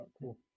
cool